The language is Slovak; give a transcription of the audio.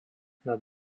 nad